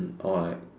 alright